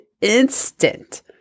instant